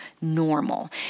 normal